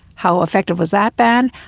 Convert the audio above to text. how effective was that ban?